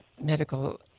medical